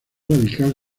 radical